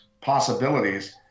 possibilities